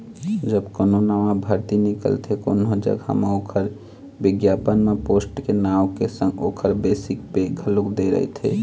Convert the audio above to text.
जब कोनो नवा भरती निकलथे कोनो जघा म ओखर बिग्यापन म पोस्ट के नांव के संग ओखर बेसिक पे घलोक दे रहिथे